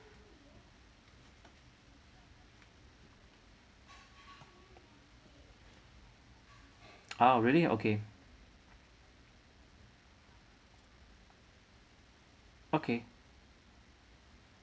ah really okay okay